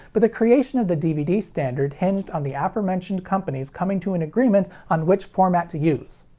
but the creation of the dvd standard hinged on the aforementioned companies coming to an agreement on which format to use.